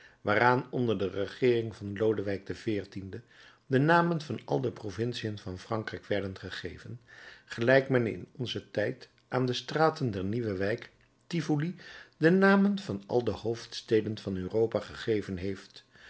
waaraan onder de regeering van lodewijk xiv de namen van al de provinciën van frankrijk werden gegeven gelijk men in onzen tijd aan de straten der nieuwe wijk tivoli de namen van al de hoofdsteden van europa gegeven heeft